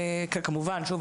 כמובן שוב,